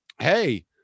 Hey